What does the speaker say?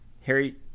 Harry